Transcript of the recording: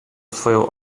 swoją